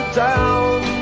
down